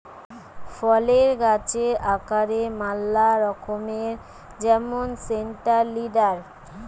ফলের গাছের আকারের ম্যালা রকম যেমন সেন্ট্রাল লিডার